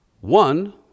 one